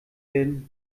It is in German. werden